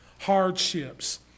hardships